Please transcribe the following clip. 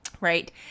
right